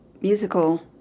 musical